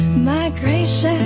migration,